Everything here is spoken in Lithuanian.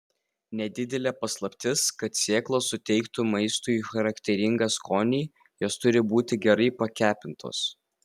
nedidelė paslaptis kad sėklos suteiktų maistui charakteringą skonį jos turi būti gerai pakepintos